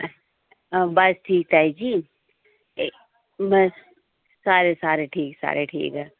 बस ठीक ताई जी ते एह् बस सारे सारे ठीक सारे ठीक ऐ